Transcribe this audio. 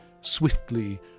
swiftly